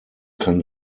kann